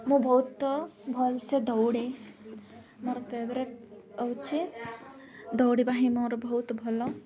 ମୁଁ ବହୁତ ଭଲ୍ସେ ଦୌଡ଼େ ମୋର ଫେଭ୍ରେଟ୍ ହେଉଛି ଦୌଡ଼ିିବା ହିଁ ମୋର ବହୁତ ଭଲ